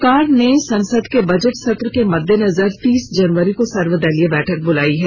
सरकार ने संसद के बजट सत्र के मददेनजर तीस जनवरी को सर्वदलीय बैठक बुलाई है